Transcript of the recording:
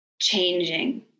changing